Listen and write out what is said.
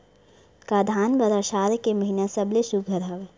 का धान बर आषाढ़ के महिना सबले सुघ्घर हवय?